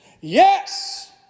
Yes